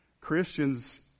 Christians